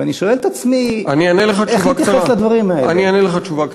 ואני שואל את עצמי, אני אענה לך תשובה קצרה.